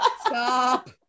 stop